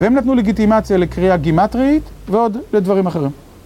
והם נתנו לגיטימציה לקריאה גימטרית ועוד לדברים אחרים.